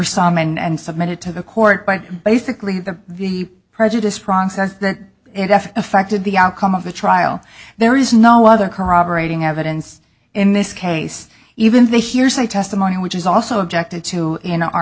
some and submitted to the court by basically the the prejudiced process that if affected the outcome of the trial there is no other corroborating evidence in this case even the hearsay testimony which is also objected to in our